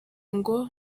ngo